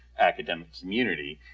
academic, community.